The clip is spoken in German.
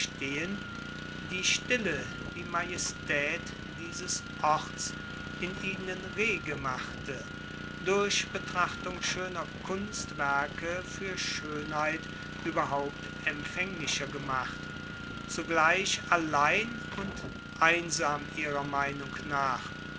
die stille die majestät dieses orts in ihnen rege machte durch betrachtung schöner kunstwerke für schönheit überhaupt empfänglicher gemacht zugleich allein und einsam ihrer meinung nach